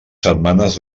setmanes